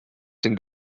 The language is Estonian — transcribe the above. siin